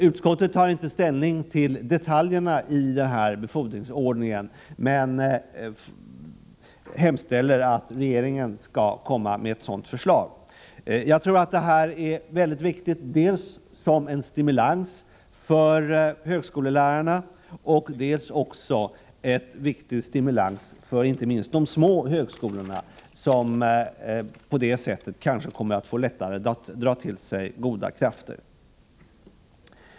Utskottet tar inte ställning till detaljerna i befordringsordningen men hemställer att regeringen skall komma med ett sådant förslag. Jag tror att detta är mycket viktigt, dels som en stimulans för högskolelärarna, dels som en viktig stimulans för de små högskolorna som på det sättet kanske kommer att få lättare att dra till sig goda krafter.